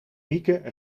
mieke